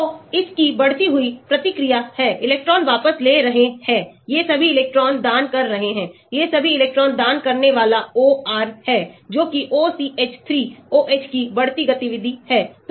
तो इस की बढ़ती हुई प्रतिक्रिया है इलेक्ट्रॉन वापस ले रहे हैं ये सभी इलेक्ट्रॉन दान कर रहे हैं ये सभी इलेक्ट्रॉन दान करने वाला OR है जोकि OCH 3 OH की बढ़ती गतिविधि है